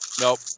Nope